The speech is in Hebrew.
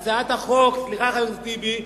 בהצעת החוק, סליחה, חבר הכנסת טיבי.